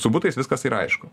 su butais viskas yra aišku